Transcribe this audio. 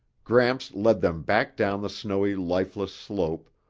gramps led them back down the snowy lifeless slope,